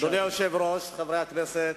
אדוני היושב-ראש, חברי הכנסת,